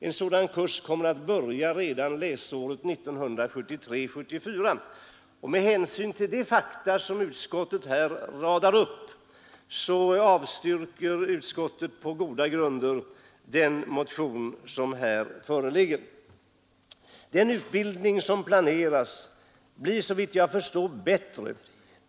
En sådan kurs kommer att börja redan läsåret 1973/74. Med hänsyn till de fakta utskottet räknar upp avstyrker utskottet på goda grunder bifall till den motion som här föreligger. Den utbildning som planeras blir, såvitt jag förstår, bättre.